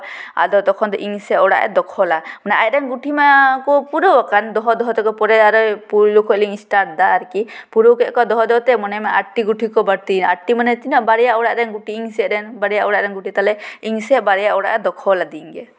ᱟᱫᱚ ᱛᱚᱠᱷᱚᱱ ᱫᱚ ᱤᱧ ᱥᱮᱫ ᱚᱲᱟᱜ ᱮ ᱫᱚᱠᱷᱚᱞᱟ ᱢᱟᱱᱮ ᱟᱡᱨᱚᱱ ᱜᱩᱴᱷᱤ ᱢᱟᱠᱚ ᱯᱩᱨᱟᱹᱣᱟᱠᱟᱱ ᱫᱚᱦᱚᱼᱫᱚᱦᱚᱛᱮ ᱯᱚᱨᱮ ᱯᱳᱭᱞᱳ ᱠᱷᱚᱱ ᱞᱤᱧ ᱮᱥᱴᱟᱴ ᱫᱟ ᱟᱨᱠᱤ ᱯᱩᱨᱟᱹᱣ ᱠᱮᱫ ᱠᱚᱣᱟ ᱫᱚᱦᱚ ᱫᱚᱦᱚ ᱛᱮ ᱢᱚᱱᱮ ᱢᱮ ᱟᱴᱴᱤ ᱜᱩᱴᱷᱤ ᱠᱚ ᱵᱟᱹᱲᱛᱤᱭᱮᱱᱟ ᱟᱴᱴᱤ ᱢᱟᱱᱮ ᱛᱤᱱᱟᱹᱜ ᱵᱟᱨᱭᱟ ᱚᱲᱟᱜ ᱨᱮᱱ ᱜᱩᱴᱷᱤ ᱤᱧ ᱥᱮᱫ ᱨᱮᱱ ᱵᱟᱨᱭᱟ ᱚᱲᱟᱜ ᱨᱮᱱ ᱜᱩᱴᱷᱤ ᱛᱟᱦᱞᱮ ᱤᱧ ᱥᱮᱫ ᱵᱟᱨᱭᱟ ᱚᱲᱟᱜ ᱫᱚᱠᱷᱚᱞᱟᱫᱤᱧ ᱜᱮ